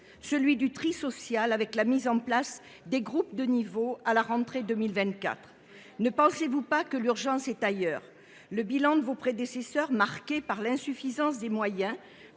le tri social, avec la mise en place des groupes de niveau à la rentrée 2024. Ne pensez vous pas que l’urgence est ailleurs ? Le bilan de vos prédécesseurs, marqué par l’insuffisance des moyens,